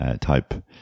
type